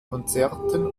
konzerten